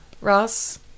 Ross